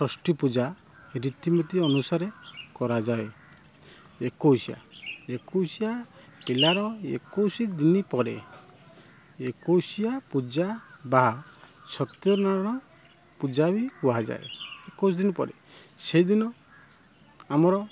ଷଷ୍ଠୀପୂଜା ରୀତିନୀତି ଅନୁସାରରେ କରାଯାଏ ଏକୋଇଶା ଏକୋଇଶା ପିଲାର ଏକୋଇଶି ପରେ ଏକୋଇଶା ପୂଜା ବା ସତ୍ୟନାରାୟଣ ପୂଜା ବି କୁହାଯାଏ ଏକୋଇଶ ଦିନ ପରେ ସେଦିନ ଆମର